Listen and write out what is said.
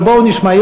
אבל בואו נשמע.